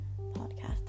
podcast